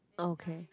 okay